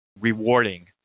rewarding